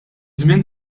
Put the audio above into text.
żmien